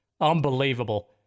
Unbelievable